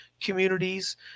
communities